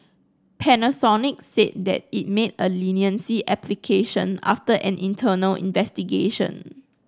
Panasonic said that it made a leniency application after an internal investigation